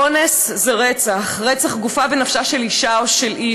אונס זה רצח, רצח גופה ונפשה של אישה או של איש.